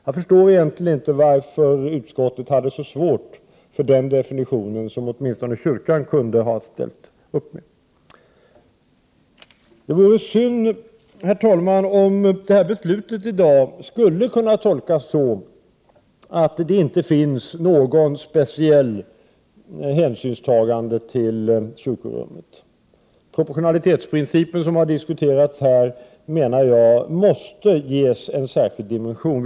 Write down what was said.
Jag förstår egentligen inte varför utskottet hade så svårt för den definitionen, som åtminstone kyrkan kunde ha ställt upp med. Det vore synd, herr talman, om det beslut som i dag skall fattas kunde tolkas så, att det inte görs något speciellt hänsynstagande till kyrkorummet. Jag menar att den proportionalitetsprincip som här har diskuterats måste ges en särskild dimension.